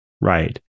right